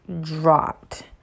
dropped